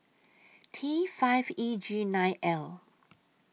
T five E G nine L